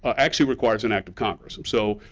ah actually requires an act of congress. um so,